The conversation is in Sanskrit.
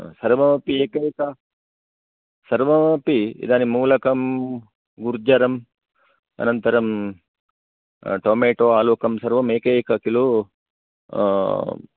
सर्वमपि एकैक सर्वमपि इदानीं मूलकं गुर्जरं अनन्तरं टोमेटो आलूकं सर्वमपि एकैक किलो